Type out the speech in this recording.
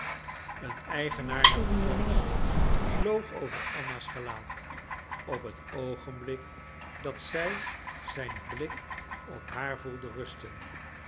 een eigenaardige glans vloog over anna's gelaat op het oogenblik dat zij zijn blik op haar voelde rusten